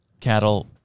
cattle